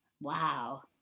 Wow